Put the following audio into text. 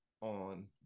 On